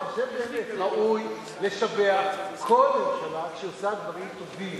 אני חושב באמת שראוי לשבח כל ממשלה כשהיא עושה דברים טובים,